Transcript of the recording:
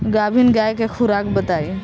गाभिन गाय के खुराक बताई?